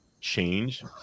change